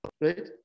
right